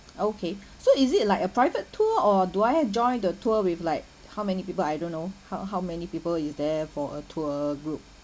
okay so is it like a private tour or do I have joined the tour with like how many people I don't know how how many people is there for a tour group